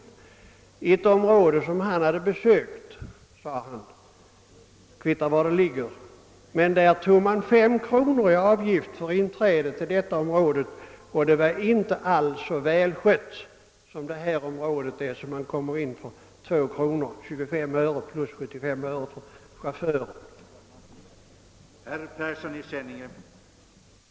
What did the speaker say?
Han sade att i ett område som han besökt — det kan göra detsamma var det ligger — tog man 5 kronor i inträde, och det var inte alls lika välskött som det område det här gäller som man får tillträde till för 2 kronor 25 öre för sin bil.